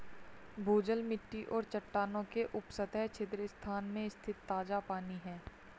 भूजल मिट्टी और चट्टानों के उपसतह छिद्र स्थान में स्थित ताजा पानी है